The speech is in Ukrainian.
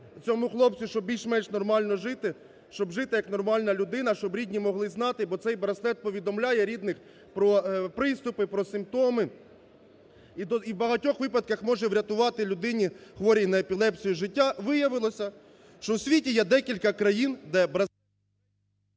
цьому хлопцю, щоб більш-менш нормально жити, щоб жити як нормальна людина, щоб рідні могли знати, бо цей браслет повідомляє рідних про приступи, про симптоми і в багатьох випадках може врятувати людині, хворій на епілепсію, життя, виявилося, що у світі є декілька країн, де …